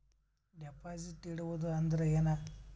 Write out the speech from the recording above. Deposit ಇಡುವುದು ಅಂದ್ರ ಏನ?